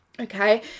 okay